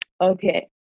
Okay